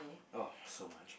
oh so much